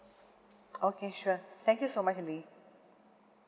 okay sure thank you so much lily